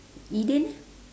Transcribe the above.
eden eh